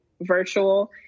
virtual